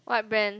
what brand